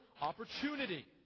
opportunity